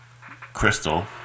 Crystal